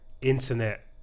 internet